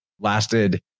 lasted